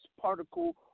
particle